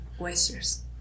oysters